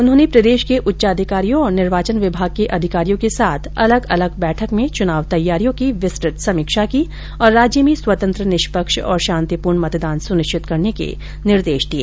उन्होंने प्रदेश के उच्चाधिकारियों और निर्वाचन विभाग के अधिकारियों के साथ अलग अलग बैठक में चुनाव तैयारियों की विस्तृत समीक्षा की और राज्य में स्वतंत्र निष्पक्ष और शान्तिपूर्ण मतदान सुनिश्चित करने के निर्देश दिए